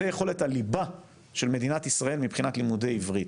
זה יכולת הליבה של מדינת ישראל מבחינת לימודי עברית.